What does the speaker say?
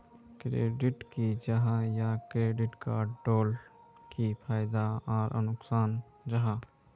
Credit की जाहा या क्रेडिट कार्ड डोट की फायदा आर नुकसान जाहा?